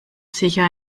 sicher